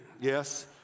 Yes